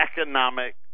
economic